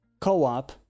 co-op